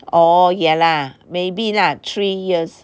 orh ya lah maybe lah three years